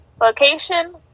Location